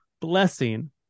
blessing